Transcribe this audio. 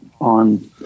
on